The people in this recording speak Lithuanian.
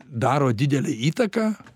daro didelę įtaką